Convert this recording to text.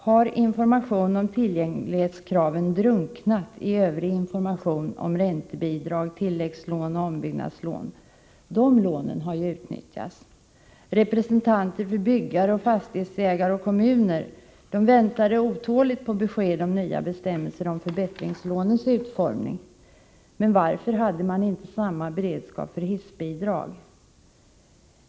Har information om tillgänglighetskraven drunknat i övrig information om räntebidrag, tilläggslån och ombyggnadslån? De lånen har ju utnyttjats. Representanter för byggare, fastighetsägare och kommuner väntade otåligt på besked om nya bestämmelser beträffande förbättringslånens utformning, men varför hade man inte samma beredskap när det gäller hissbidrag?